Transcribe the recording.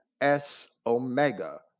S-Omega